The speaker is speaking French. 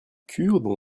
kurdes